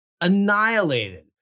Annihilated